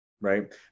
Right